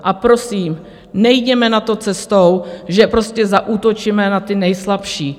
A prosím, nejděme na to cestou, že prostě zaútočíme na ty nejslabší.